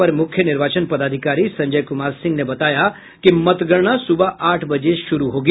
अपर मुख्य निर्वाचन पदाधिकारी संजय कुमार सिंह ने बताया कि मतगणना सुबह आठ बजे से शुरू होगी